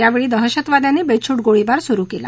यावेळी दहशतवाद्यांनी बेछूट गोळीबार सुरु केला